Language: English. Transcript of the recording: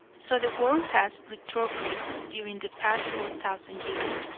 so the world has retrogressed during the past four thousand years,